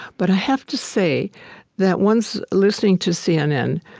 but i have to say that once, listening to cnn,